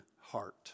heart